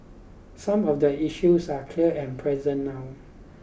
some of the issues are clear and present now